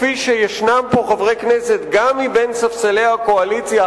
כפי שכמה חברי כנסת גם מבין ספסלי הקואליציה